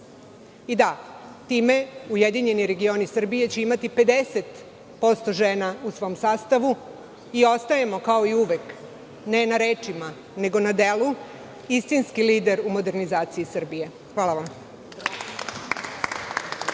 i da će time URS imati 50% žena u svom sastavu. Ostajemo kao i uvek, ne na rečima nego na delu istinski lider u modernizaciji Srbije. Hvala vam.